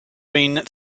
been